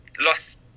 lost